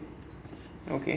okay